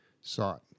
sought